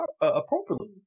appropriately